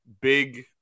big